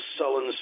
sullen